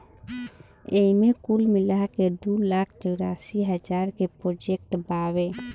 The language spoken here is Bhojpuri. एईमे कुल मिलाके दू लाख चौरासी हज़ार के प्रोजेक्ट बावे